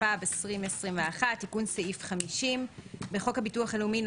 התשפ"ב-2021 תיקון סעיף 501. בחוק הביטוח הלאומי ,